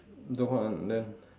don't want then